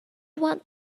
want